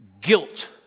guilt